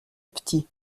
petit